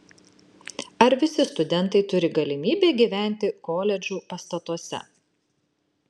ar visi studentai turi galimybę gyventi koledžų pastatuose